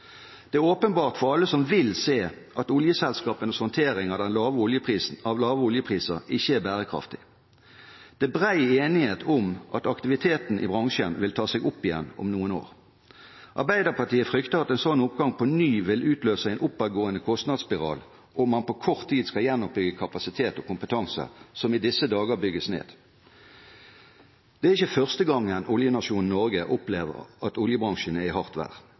Det er åpenbart for alle som vil se, at oljeselskapenes håndtering av lave oljepriser ikke er bærekraftig. Det er bred enighet om at aktiviteten i bransjen vil ta seg opp igjen om noen år. Arbeiderpartiet frykter at en sånn oppgang på ny vil utløse en oppadgående kostnadsspiral, og at man på kort tid skal gjenoppbygge kapasitet og kompetanse som i disse dager bygges ned. Det er ikke første gangen oljenasjonen Norge opplever at oljebransjen er i hardt vær.